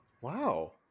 Wow